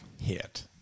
Hit